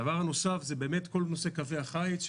דבר נוסף הוא באמת כל נושא קווי החיץ,